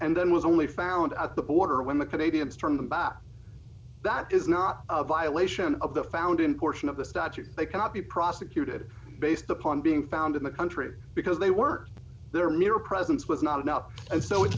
and then was only found at the border when the canadians turn them back that is not a violation of the found in portion of the statute they cannot be prosecuted based upon being found in the country because they work their mere presence was not enough and so it